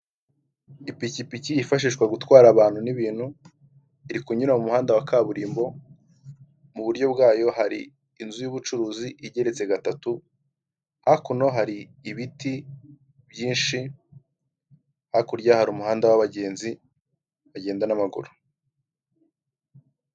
Ipikipiki yifashishwa gutwara abantu n'ibintu iri kunyura mu muhanda wa kaburimbo, mu buryo bwayo hari inzu y'ubucuruzi igeretse gatatu, hakuno hari ibiti byinshi hakurya hari umuhanda w'abagenzi bagenda n'amaguru.